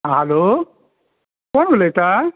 hello कोण उलयता